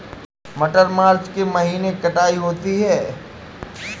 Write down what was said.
मटर मार्च के महीने कटाई होती है?